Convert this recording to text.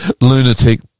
Lunatic